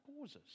causes